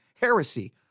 Heresy